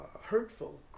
hurtful